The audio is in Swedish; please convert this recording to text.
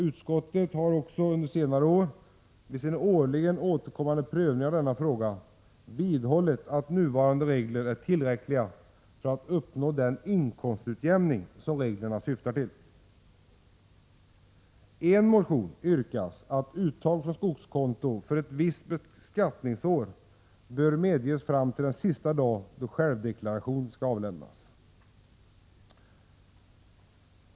Utskottet har också under senare år vid sin årligen återkommande prövning av denna fråga vidhållit att nuvarande regler är tillräckliga för att den inkomstutjämning som reglerna syftar till skall uppnås. I en motion yrkas att uttag från skogskonto för ett visst beskattningsår bör medges fram till den sista dag då självdeklaration skall avlämnas.